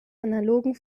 analogen